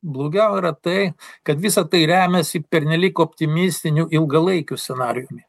blogiau yra tai kad visa tai remiasi pernelyg optimistiniu ilgalaikiu scenarijumi